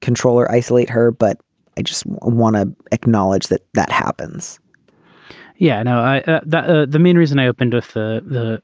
control or isolate her but i just want to acknowledge that that happens yeah. no. the the main reason i opened with the the